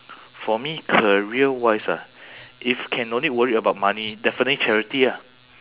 for me career-wise ah if can no need worry about money definitely charity ah